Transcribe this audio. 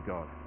God